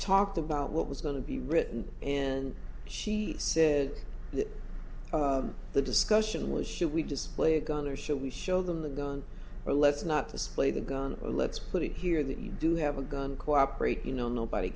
talked about what was going to be written and she said the discussion was should we display a gun or should we show them the gun or let's not display the gun or let's put it here that you do have a gun cooperate you know nobody